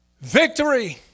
Victory